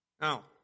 Now